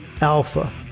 alpha